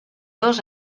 dos